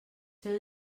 fer